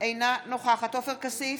אינה נוכחת עופר כסיף,